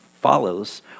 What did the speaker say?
follows